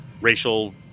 Racial